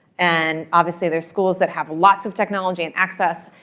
and obviously there's schools that have lots of technology and access.